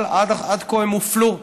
אבל עד כה הם הופלו.